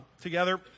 together